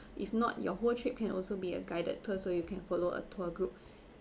if not your whole trip can also be a guided tour so you can follow a tour group